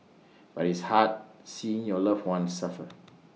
but it's hard seeing your loved one suffer